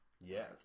Yes